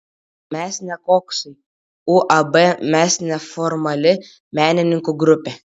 mes ne koksai uab mes neformali menininkų grupė